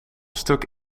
stuk